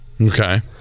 Okay